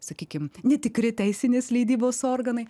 sakykim netikri teisinės leidybos organai